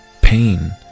pain